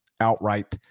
outright